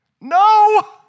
No